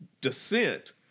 descent